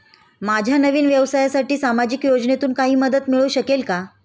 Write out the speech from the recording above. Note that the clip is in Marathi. माझ्या नवीन व्यवसायासाठी सामाजिक योजनेतून काही मदत मिळू शकेल का?